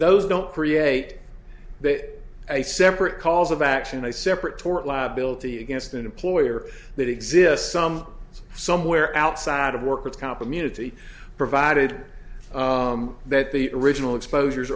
those don't create that a separate calls of action a separate tort liability against an employer that exists some somewhere outside of work with company unity provided that the original exposures